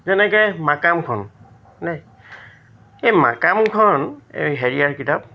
যেনেকে মাকামখন নে এই মাকামখন এই হেৰিয়াৰ কিতাপ